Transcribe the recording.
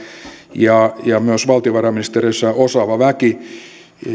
ja ja myös valtiovarainministeriössä osaava väki